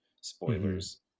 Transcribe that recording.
Spoilers